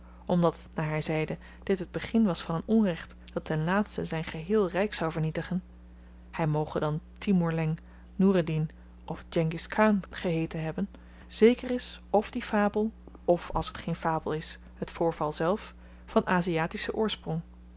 legers het land doortrok omdat naar hy zeide dit het begin was van een onrecht dat ten laatste zyn geheel ryk zou vernietigen hy moge dan timoerleng noereddien of djengis khan geheeten hebben zeker is f die fabel f als t geen fabel is het voorval zelf van aziatischen oorsprong